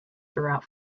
throughout